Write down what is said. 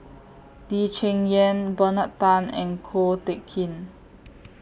Lee Cheng Yan Bernard Tan and Ko Teck Kin